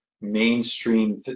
mainstream